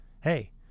Hey